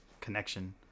connection